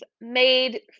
made